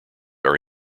are